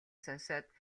сонсоод